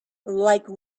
like